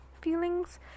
feelings